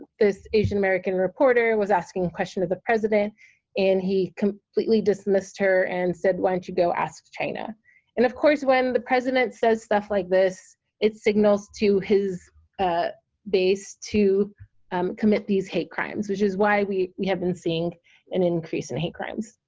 this asian american reporter was asking a question of the president and he completely dismissed her and said why don't you go ask china and of course, when the president says stuff like this it signals to his ah base to um commit these hate crimes, which is why we we have been seeing an increase in hate crimes.